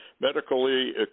medically